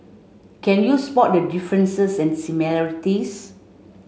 can you spot the differences and similarities